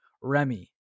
Remy